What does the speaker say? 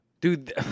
Dude